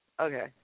Okay